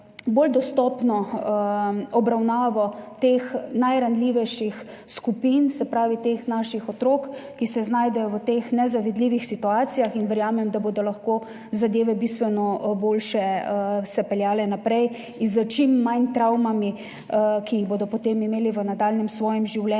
bolj dostopno obravnavo teh najranljivejših skupin, se pravi teh naših otrok, ki se znajdejo v nezavidljivih situacijah in verjamem, da se bodo lahko zadeve bistveno boljše peljale naprej in s čim manj travmami, ki jih bodo potem imeli v svojem nadaljnjem življenju.